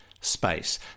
space